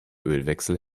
ölwechsel